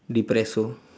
depresso